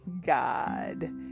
God